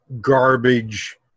garbage